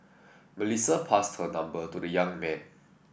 Melissa passed her number to the young man